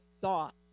thought